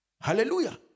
Hallelujah